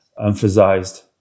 emphasized